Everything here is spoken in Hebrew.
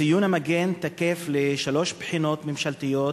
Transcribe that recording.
ציון המגן תקף לשלוש בחינות ממשלתיות,